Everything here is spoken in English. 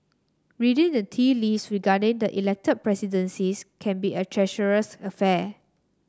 reading the tea leaves regarded the Elected Presidencies can be a treacherous affair